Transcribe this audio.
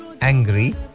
angry